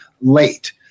late